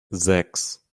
sechs